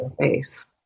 face